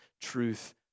truth